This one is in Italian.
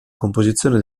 composizione